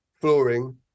flooring